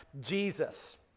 Jesus